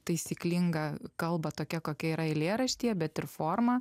taisyklingą kalbą tokia kokia yra eilėraštyje bet ir formą